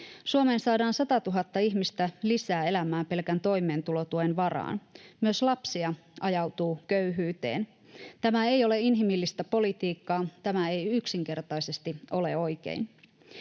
Suomeen saadaan 100 000 ihmistä lisää elämään pelkän toimeentulotuen varaan. Myös lapsia ajautuu köyhyyteen. Tämä ei ole inhimillistä politiikkaa. Tämä ei yksinkertaisesti ole oikein.